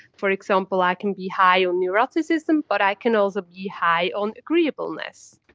for example, i can be high on neuroticism but i can also be high on agreeableness.